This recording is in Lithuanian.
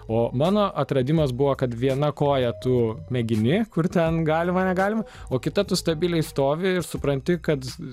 o mano atradimas buvo kad viena koja tu mėgini kur ten galima negalima o kita tu stabiliai stovi ir supranti kad